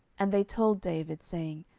and they told david, saying,